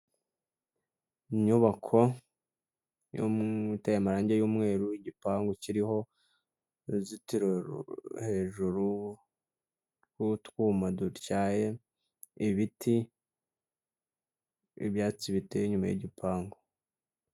Inyubako iteye amarenge y'umweru igipangu kiriho uruzitiro hejjuru hariho utwuma dutyaye, ibiti n'ibyatsi biteye inyuma y'igipangu.